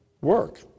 work